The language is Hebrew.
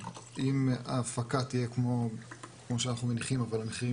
אם ההפקה תהיה כמו שאנחנו מניחים אבל המחירים